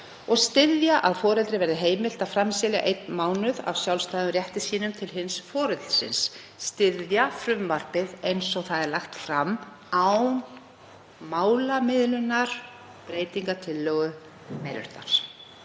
og styðja að foreldri verði heimilt að framselja einn mánuð af sjálfstæðum rétti sínum til hins foreldrisins, styðja frumvarpið eins og það er lagt fram án málamiðlunarbreytingartillögu meiri